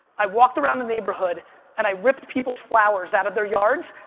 i walked around the neighborhood and i ripped people's flowers out of their yards,